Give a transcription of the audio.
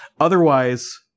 Otherwise